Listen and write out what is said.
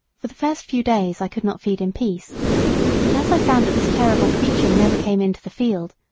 for the first few days i could not feed in peace but as i found that this terrible creature never came into the field,